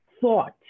thought